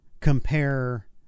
compare